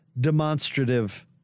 demonstrative